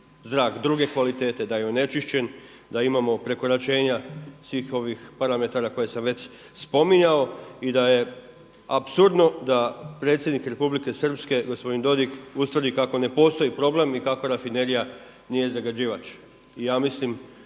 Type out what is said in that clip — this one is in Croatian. druge kvalitete, da je onečišćen, da imamo prekoračenja svih ovih parametara koje sam već spominjao i da je apsurdno da predsjednik Republike Srpske gospodin Dodig, ustvari kako ne postoji problem i kako rafinerija nije zagađivač.